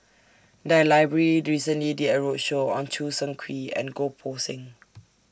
The Library recently did A roadshow on Choo Seng Quee and Goh Poh Seng